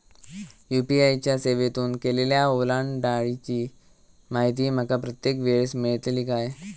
UPI च्या सेवेतून केलेल्या ओलांडाळीची माहिती माका प्रत्येक वेळेस मेलतळी काय?